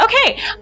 Okay